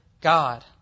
God